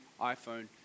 iphone